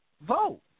Vote